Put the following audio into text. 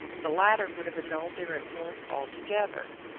the latter would have annulled their influence altogether.